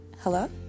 Hello